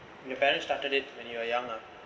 your parents started it when you are young lah